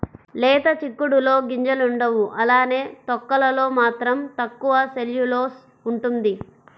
లేత చిక్కుడులో గింజలుండవు అలానే తొక్కలలో మాత్రం తక్కువ సెల్యులోస్ ఉంటుంది